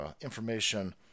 information